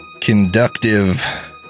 conductive